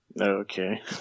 Okay